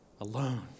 alone